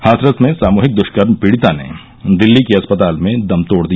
हाथरस में सामूहिक दृष्कर्म पीडि़ता ने दिल्ली के अस्पताल में दम तोड़ दिया